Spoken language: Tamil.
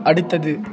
அடுத்தது